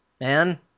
man